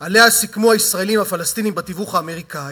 שעליה סיכמו הישראלים והפלסטינים בתיווך האמריקני.